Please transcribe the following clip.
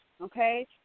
okay